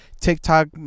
TikTok